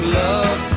love